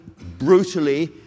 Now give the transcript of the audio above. brutally